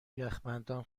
یخبندان